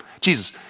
Jesus